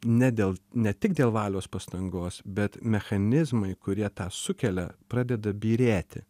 ne dėl ne tik dėl valios pastangos bet mechanizmai kurie tą sukelia pradeda byrėti